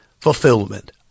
fulfillment